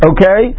Okay